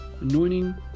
anointing